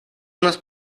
unas